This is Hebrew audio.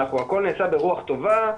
הכל נעשה ברוח טובה,